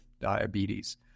diabetes